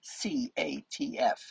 CATF